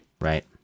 Right